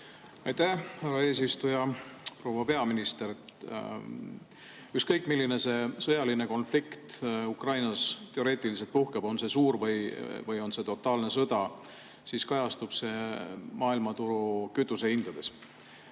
Aitäh, härra eesistuja! Proua peaminister! Ükskõik, milline sõjaline konflikt Ukrainas teoreetiliselt puhkeb, on see suur [konflikt] või on see totaalne sõda, kajastub see maailmaturu kütusehindades,